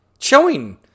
Showing